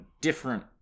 different